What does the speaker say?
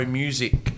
music